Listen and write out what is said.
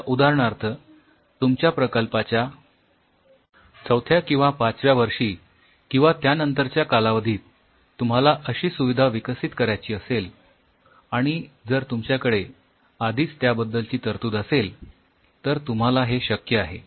समजा उदाहरणार्थ तुमच्या प्रकल्पाच्या चौथ्या किंवा पाचव्या वर्षी किंवा त्यानंतरच्या कालावधीत तुम्हाला अशी सुविधा विकसित करायची असेल आणि जर तुमच्याकडे आधीच त्याबद्दलची तरतूद असेल तर तुम्हाला हे शक्य आहे